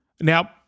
Now